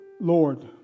Lord